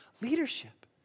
leadership